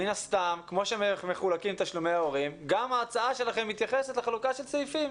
כמו שמחולקים תשלומי הורים גם ההצעה שלכם מתייחסת לחלוקה של סעיפים,